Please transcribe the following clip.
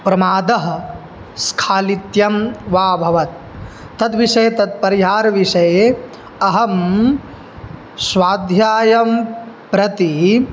प्रमादः स्खालित्यं वा भवेत् तद्विषये तत्परिहारविषये अहं स्वाध्यायं प्रति